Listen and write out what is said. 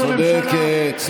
רק שנייה.